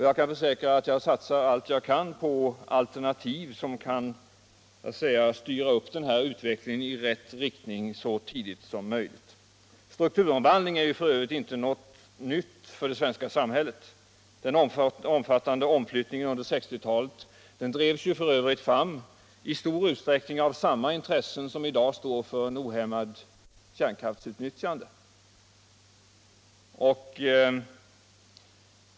Jag kan försäkra att jag satsar allt jag kan på alternativ som kan styra utvecklingen i rätt riktning så tidigt som möjligt. Strukturomvandling är ju inte något nytt för det svenska samhället. Den omfattande omflyttningen under 1960-talet drevs f. ö. i stor utsträckning fram av samma intressen som i dag står för ett ohämmat kärnkraftsutnyttjande.